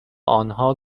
آنها